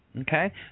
Okay